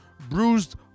bruised